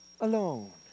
alone